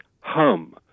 hum